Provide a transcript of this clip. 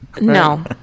No